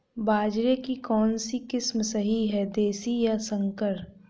बाजरे की कौनसी किस्म सही हैं देशी या संकर?